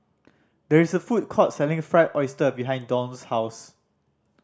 there is a food court selling Fried Oyster behind Dawne's house